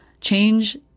Change